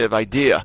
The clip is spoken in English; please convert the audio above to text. idea